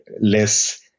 less-